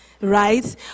right